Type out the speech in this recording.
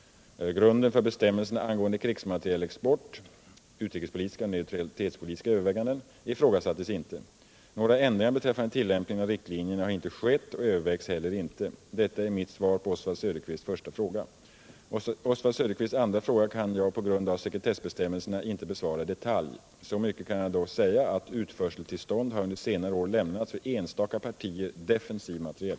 Grunden för bestämmelserna angående krigsmaterielexport — utrikespolitiska och neutralitetspolitiska överväganden — ifrågasattes inte. Några ändringar beträffande tillämpningen av riktlinjerna har inte skett och övervägs heller inte. Detta är mitt svar på Oswald Söderqvists första fråga. Oswald Söderqvists andra fråga kan jag på grund av sekretessbestämmelserna inte besvara i detalj. Så mycket kan jag dock säga att utförseltillstånd har under senare år lämnats för enstaka partier defensiv materiel.